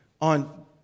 on